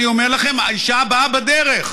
אני אומר לכם, האישה הבאה בדרך.